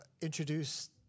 introduce